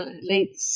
late